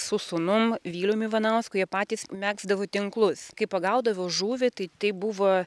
su sūnum vilium ivanausku jie patys megzdavo tinklus kai pagaudavo žuvį tai tai buvo